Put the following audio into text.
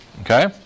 Okay